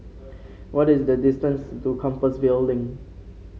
what is the distance to Compassvale Link